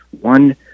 One